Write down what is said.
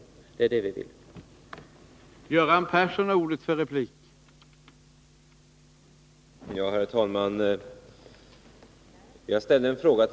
Det är det som vi vill.